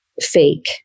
fake